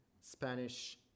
spanish